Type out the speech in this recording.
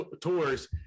tours